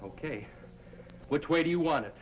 ok which way do you want it